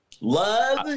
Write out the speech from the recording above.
Love